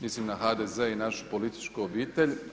Mislim na HDZ i našu političku obitelj.